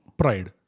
pride